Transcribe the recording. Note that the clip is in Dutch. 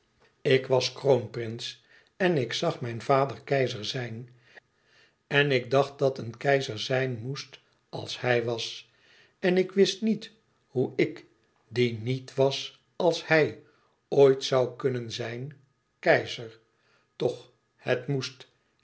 ik was kroonprins en ik zag mijn vader keizer zijn en ik dacht dat een keizer zijn moest als hij was en ik wist niet hoe ik die niet was als hij ooit zon kunnen zijn keizer toch het moest